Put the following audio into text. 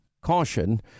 caution